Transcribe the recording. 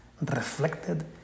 reflected